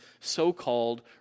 so-called